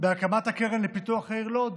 בהקמת הקרן לפיתוח העיר לוד,